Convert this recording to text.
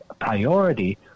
priority